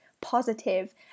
positive